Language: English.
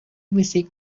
music